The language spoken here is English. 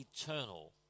eternal